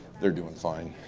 they're doing fine,